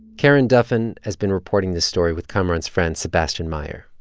karen duffin has been reporting this story with kamaran's friend, sebastian meyer.